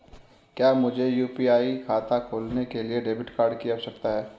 क्या मुझे यू.पी.आई खाता खोलने के लिए डेबिट कार्ड की आवश्यकता है?